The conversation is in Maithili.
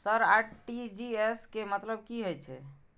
सर आर.टी.जी.एस के मतलब की हे छे?